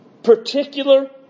Particular